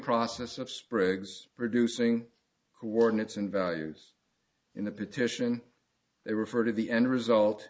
process of sprigs producing coordinates and values in the petition they refer to the end result